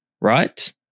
right